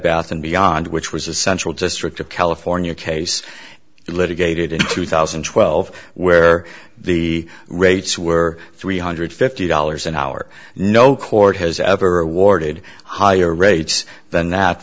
bath and beyond which was a central district of california case litigated in two thousand and twelve where the rates were three hundred fifty dollars an hour no court has ever awarded higher rates than that